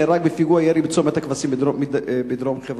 נהרג בפיגוע ירי בצומת-הכבשים בדרום חברון.